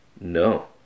No